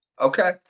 Okay